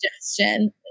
suggestion